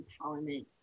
empowerment